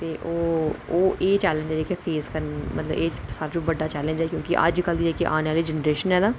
ते सारै शा बड़ा चैलैंज ऐ जेह्ड़ा असैं फेस कि अज्ज कल्ल दी जेह्की आने आह्ली जैनरेशन ऐ ना